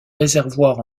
réservoirs